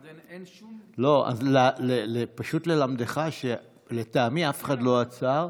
עוד אין שום, פשוט ללמדך שלטעמי אף אחד לא עצר.